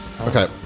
okay